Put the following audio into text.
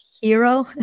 hero